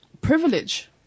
Privilege